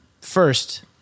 first